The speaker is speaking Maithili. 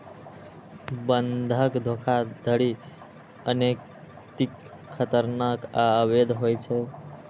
बंधक धोखाधड़ी अनैतिक, खतरनाक आ अवैध होइ छै